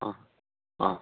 अँ अँ